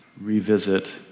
revisit